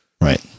Right